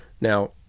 now